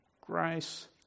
grace